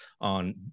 on